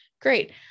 great